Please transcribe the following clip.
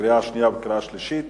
קריאה שנייה וקריאה שלישית.